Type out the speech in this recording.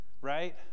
right